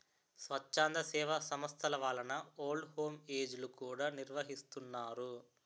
స్వచ్ఛంద సేవా సంస్థల వలన ఓల్డ్ హోమ్ ఏజ్ లు కూడా నిర్వహిస్తున్నారు